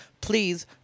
please